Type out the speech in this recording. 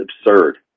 absurd